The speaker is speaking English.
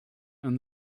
and